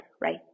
right